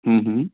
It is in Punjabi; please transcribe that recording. ਹਮ ਹਮ